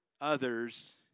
others